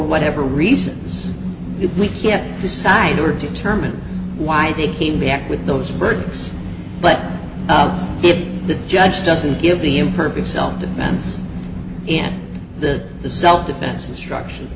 whatever reasons we can't decide or determine why they came back with those birds but if the judge doesn't give the imperfect self defense in the the self defense instruction